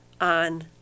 on